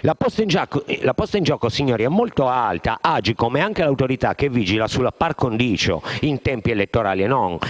La posta in gioco, signori, è molto alta: Agcom è anche l'autorità che vigila sulla *par condicio* in tempi elettorali